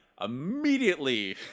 immediately